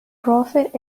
prophet